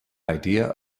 idea